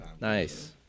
nice